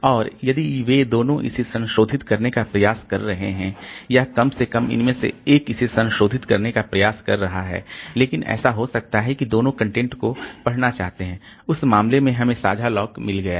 और यदि वे दोनों इसे संशोधित करने का प्रयास कर रहे हैं या कम से कम उनमें से एक इसे संशोधित करने का प्रयास कर रहा है लेकिन ऐसा हो सकता है कि वे दोनों कंटेंट को पढ़ना चाहते हैं उस मामले में हमें साझा लॉक मिल गया है